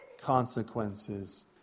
consequences